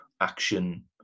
action